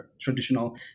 traditional